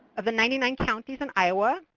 of the ninety nine counties in iowa,